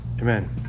Amen